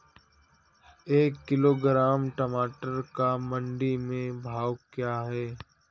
एक किलोग्राम टमाटर का मंडी में भाव क्या है?